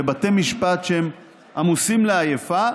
בבתי משפט שהם עמוסים לעייפה,